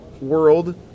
world